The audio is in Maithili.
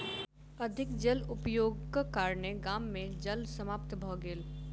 अधिक जल उपयोगक कारणेँ गाम मे जल समाप्त भ गेल